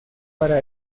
para